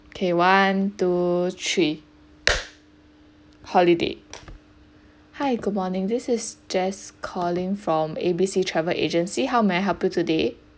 okay one two three holiday hi good morning this is jess calling from A_B_C travel agency how may I help you today